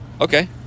Okay